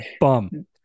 bum